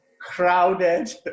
crowded